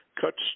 cuts